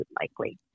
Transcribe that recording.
likely